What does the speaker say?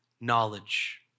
Knowledge